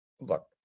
Look